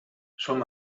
som